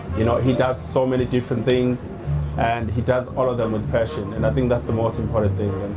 you know, he does so many different things and he does all of them with passion and i think that's the most important thing.